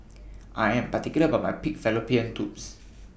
I Am particular about My Pig Fallopian Tubes